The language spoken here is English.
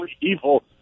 evil